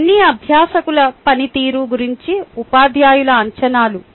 అవన్నీ అభ్యాసకుల పనితీరు గురించి ఉపాధ్యాయుల అంచనాలు